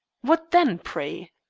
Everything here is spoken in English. what then, pray?